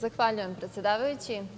Zahvaljujem, predsedavajući.